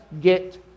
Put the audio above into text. get